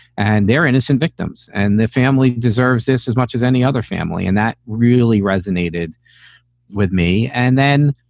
and they're innocent victims. and their family deserves this as much as any other family. and that really resonated with me. and then,